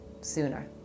sooner